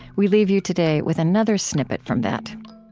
we leave you today with another snippet from that